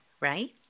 right